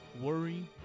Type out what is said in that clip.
worry